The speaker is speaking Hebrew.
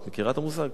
את מכירה את המושג?